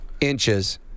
inches